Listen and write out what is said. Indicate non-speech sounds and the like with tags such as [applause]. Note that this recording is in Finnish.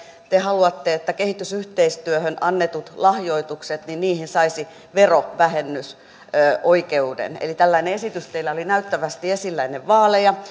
te haluatte että kehitysyhteistyöhön annettuihin lahjoituksiin saisi verovähennysoikeuden eli tällainen esitys teillä oli näyttävästi esillä ennen vaaleja [unintelligible]